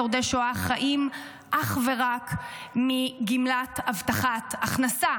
שורדי שואה חיים אך ורק מגמלת הבטחת הכנסה.